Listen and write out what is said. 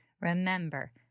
remember